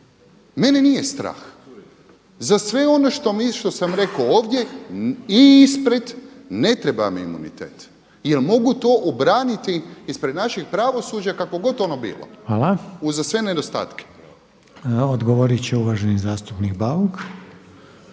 Mene nije strah. Za sve ono što sam rekao ovdje i ispred ne treba mi imunitet, jer mogu to obraniti ispred našeg pravosuđa kakvo god ono bilo uz sve nedostatke. **Reiner, Željko (HDZ)** Hvala.